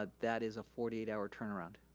ah that is a forty eight hour turnaround.